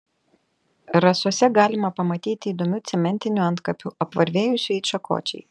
rasose galima pamatyti įdomių cementinių antkapių apvarvėjusių it šakočiai